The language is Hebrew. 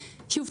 שוב,